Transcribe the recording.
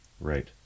Right